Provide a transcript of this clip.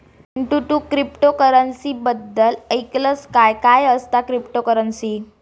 चिंटू, तू क्रिप्टोकरंसी बद्दल ऐकलंस काय, काय असता क्रिप्टोकरंसी?